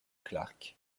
clarke